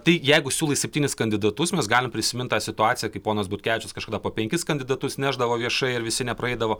tai jeigu siūlai septynis kandidatus mes galim prisimint tą situaciją kai ponas butkevičius kažkada po penkis kandidatus nešdavo viešai ir visi nepraeidavo